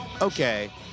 okay